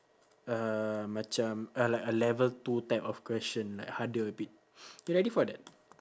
uh macam a like a level two type of question like harder a bit you ready for that